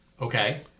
Okay